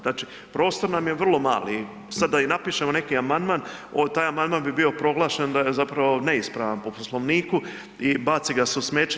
Znači, prostor nam je vrlo mali i sad da i napišemo neki amandman taj amandman bi bio proglašen da je zapravo neispravan po Poslovniku i baci ga se u smeće.